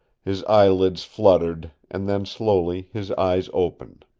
his eyelids fluttered, and then slowly his eyes opened.